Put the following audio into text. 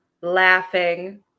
laughing